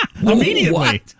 Immediately